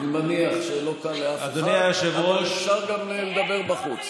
אני מניח שלא קל לאף אחד, אבל אפשר גם לדבר בחוץ.